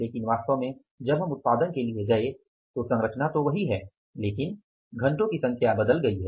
लेकिन वास्तव में जब हम उत्पादन के लिए गए तो संरचना तो वही है लेकिन घंटों की संख्या बदल गई है